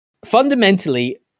Fundamentally